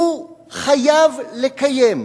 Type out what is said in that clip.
הוא חייב לקיים,